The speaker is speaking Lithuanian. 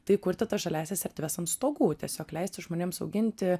tai kurti tas žaliąsias erdves ant stogų tiesiog leisti žmonėms auginti